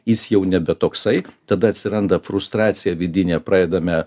jis jau nebe toksai tada atsiranda frustracija vidinė pradedame